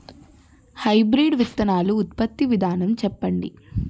Hybrid విత్తనాలు ఉత్పత్తి విధానం చెప్పండి?